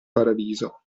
paradiso